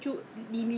it is actually